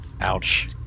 Ouch